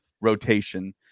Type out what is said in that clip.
rotation